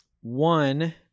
one